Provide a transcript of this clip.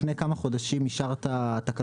לפני כמה חודשים אישרת תקנות,